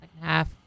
half